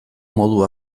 modu